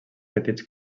petits